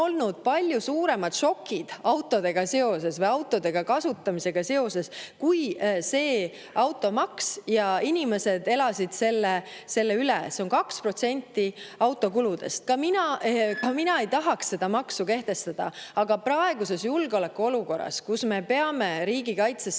olnud palju suuremaid šokke autodega seoses või autode kasutamisega seoses kui automaks ja inimesed elasid need üle. See on 2% autokuludest. Ka mina ei tahaks seda maksu kehtestada, aga praeguses julgeolekuolukorras, kus me peame riigikaitsesse